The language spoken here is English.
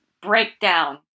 breakdown